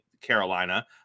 Carolina